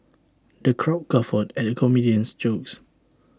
the crowd guffawed at comedian's jokes